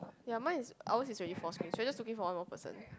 ya mine is ours is already four screen so we just looking for one more person